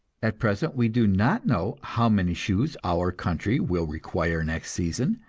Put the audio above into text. at present we do not know how many shoes our country will require next season,